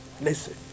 Listen